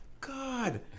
God